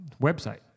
website